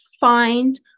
find